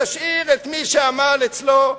תשאיר את מי שעמל אצלו,